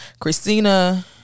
Christina